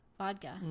Vodka